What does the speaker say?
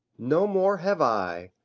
no more have i,